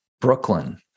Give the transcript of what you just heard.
Brooklyn